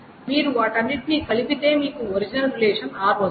మీరు వాటన్నింటినీ కలిపితే మీకు ఒరిజినల్ రిలేషన్ r వస్తుంది